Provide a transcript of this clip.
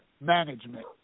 management